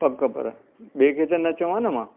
पकु पर ॿिए खे त न चवा न मां